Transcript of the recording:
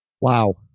Wow